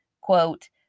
quote